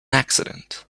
accident